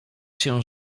się